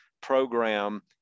program